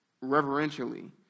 reverentially